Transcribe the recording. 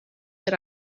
that